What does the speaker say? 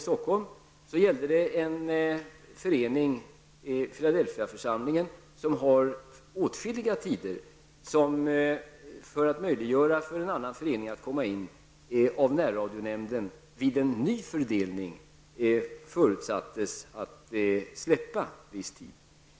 Stockholm är det fråga om en församling som har åtskilliga tider. För att möjliggöra för en annan förening att få tider förutsattes församlingen av närradionämnden vid en ny fördelning släppa viss tid.